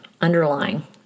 underlying